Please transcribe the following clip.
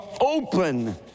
open